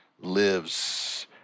lives